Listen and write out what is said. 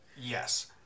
Yes